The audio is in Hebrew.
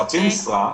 חצי משרה.